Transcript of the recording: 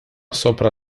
sopra